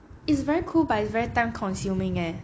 it's very cool but it's very time consuming eh